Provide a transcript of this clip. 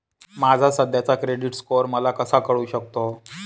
माझा सध्याचा credit score मला कसा कळू शकतो?